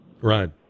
Right